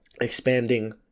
expanding